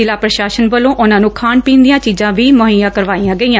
ਜ਼ਿਲੁਾ ਪ੍ਰਸ਼ਾਸਨ ਵੱਲੋ ਉਨੁਾ ਨੂੰ ਖਾਣ ਪੀਣ ਦੀਆ ਚੀਜਾ ਵੀ ਮੱਹਈਆ ਕਰਵਾਈਆਂ ਗਈਆਂ